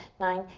nine,